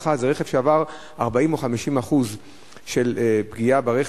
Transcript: כהלכה זה רכב שעבר 40% או 50% של פגיעה מהכביש.